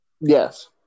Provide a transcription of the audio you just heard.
Yes